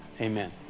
Amen